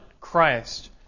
Christ